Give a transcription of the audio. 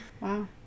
Wow